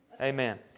Amen